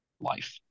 life